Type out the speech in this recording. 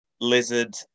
Lizard